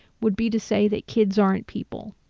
would be to say that kids aren't people,